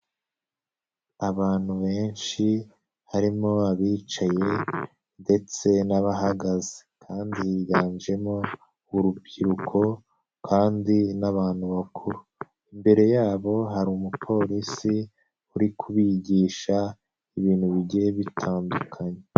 Abantu benshi harimo abicaye ndetse n'abahagaze kandi higanjemo urubyiruko kandi n'abantu bakuru, imbere yabo hari umupolisi uri kubigisha ibintu bigiye bitandukanye.